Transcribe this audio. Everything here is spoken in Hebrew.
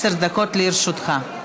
עשר דקות לרשותך.